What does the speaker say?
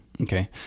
Okay